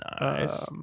Nice